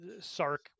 Sark